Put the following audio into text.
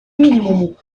минимуму